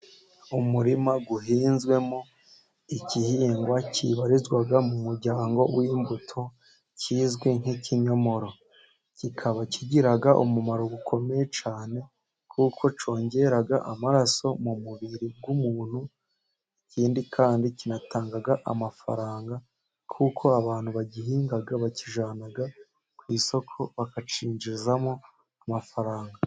Umurima uhinzwemo igihingwa kibarizwa mu muryango w'imbuto, kizwi nk'kinyomoro. Kikaba kigira umumaro ukomeye cyaane kuko cyongera amaraso mu mubiri w'umuntu, ikindi kandi kinatanga amafaranga kuko abantu bagihinga bakijyana ku isoko bakacyinjizamo amafaranga.